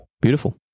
beautiful